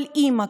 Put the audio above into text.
כל אימא,